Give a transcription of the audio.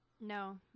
No